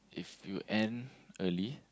if you end early